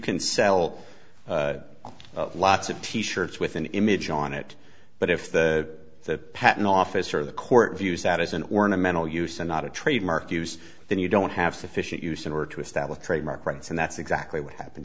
can sell lots of t shirts with an image on it but if the patent office or the court views that as an ornamental use and not a trademark use then you don't have sufficient use in order to establish trademark rights and that's exactly what happened